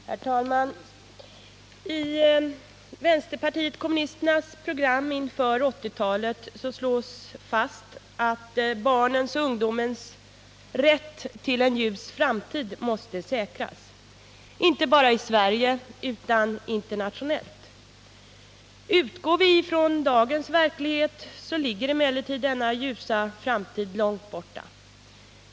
Herr talman! I vänsterpartiet kommunisternas program inför 1980-talet slås fast att barnens och ungdomens rätt till en ljus framtid måste säkras, inte bara i Sverige utan även i andra länder. Utgår vi från dagens verklighet ligger emellertid denna ljusa framtid långt borta.